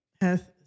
hath